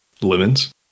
Lemons